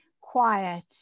quiet